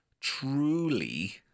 truly